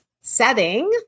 Setting